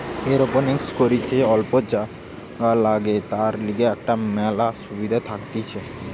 aeroponics করিতে অল্প জাগা লাগে, তার লিগে এটার মেলা সুবিধা থাকতিছে